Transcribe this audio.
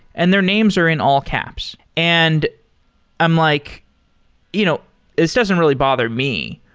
and their names are in all caps. and i'm like you know this doesn't really bother me,